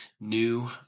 new